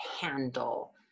handle